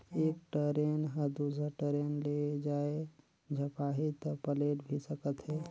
एक टरेन ह दुसर टरेन ले जाये झपाही त पलेट भी सकत हे